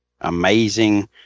Amazing